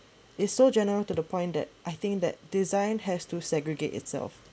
it's so general to the point that I think that design has to segregate itself